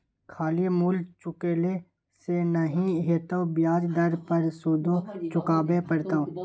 खाली मूल चुकेने से नहि हेतौ ब्याज दर पर सुदो चुकाबे पड़तौ